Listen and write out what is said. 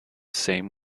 same